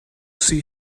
see